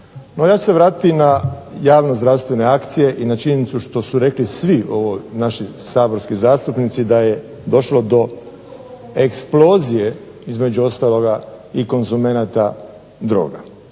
No ja ću se vratiti na javno zdravstvene akcije i na činjenicu što su rekli svi naši saborski zastupnici da je došlo do eksplozije između ostaloga i konzumenta droga.